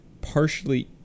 partially